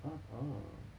a'ah